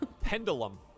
Pendulum